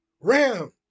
ram